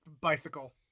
Bicycle